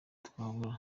twabura